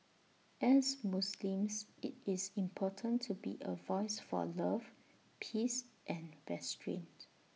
as Muslims IT is important to be A voice for love peace and restraint